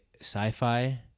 sci-fi